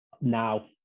now